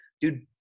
Dude